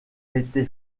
été